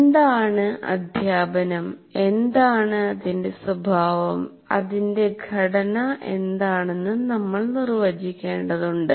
എന്താണ് അധ്യാപനം എന്താണ് അതിന്റെ സ്വഭാവം അതിന്റെ ഘടന എന്താണെന്നും നമ്മൾ നിർവചിക്കേണ്ടതുണ്ട്